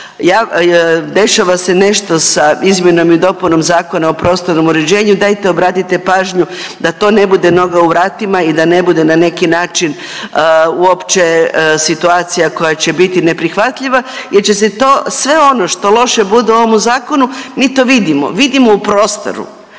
dešava se nešto sa izmjenom i dopunom Zakona o prostornom uređenju, dajte obratite pažnju da to ne bude noga u vratima i da ne bude na neki način uopće situacija koja će biti neprihvatljiva jer će se to, sve ono što loše bude u ovome zakonu mi to vidimo, vidimo u prostoru,